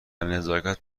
نزاکت